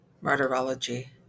Martyrology